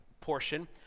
portion